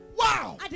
wow